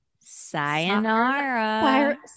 Sayonara